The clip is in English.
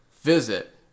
visit